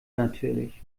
natürlich